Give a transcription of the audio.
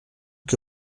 que